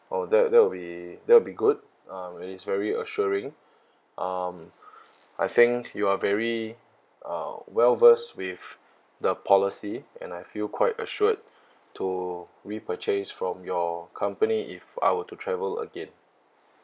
oh that that'll be that will be good um it is very assuring um I think you are very uh well-versed with the policy and I feel quite assured to repurchase from your company if I were to travel again